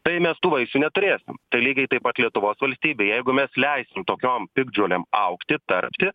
tai mes tų vaisių neturėsim tai lygiai taip pat lietuvos valstybėj jeigu mes leisim tokiom piktžolėms augti tarpti